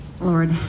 Lord